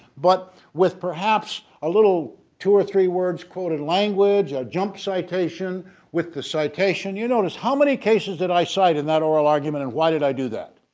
but with perhaps a little two or three words quoted language, a jump citation with the citation you notice how many cases that i cite in that oral argument, and why did i do that?